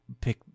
pick